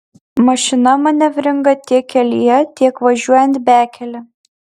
mašina manevringa tiek kelyje tiek važiuojant bekele